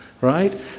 right